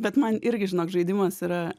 bet man irgi žinok žaidimas yra